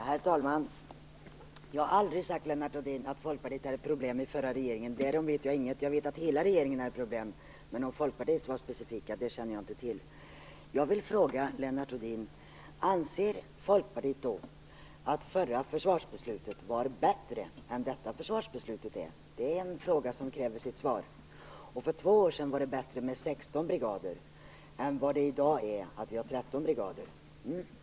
Herr talman! Jag har aldrig sagt att Folkpartiet var ett problem i den förra regeringen, Lennart Rohdin. Därom vet jag inget. Jag vet att hela regeringen var ett problem, men jag känner inte till om Folkpartiet var specifika. Jag vill fråga Lennart Rohdin: Anser Folkpartiet att det förra försvarsbeslutet var bättre än det här? Det är en fråga som kräver sitt svar. Det var bättre att ha 16 brigader för två år sedan än vad det är att ha 13 brigader i dag.